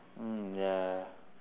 mm ya